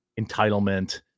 entitlement